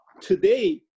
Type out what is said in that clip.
Today